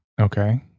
Okay